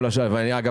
אגב,